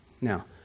Now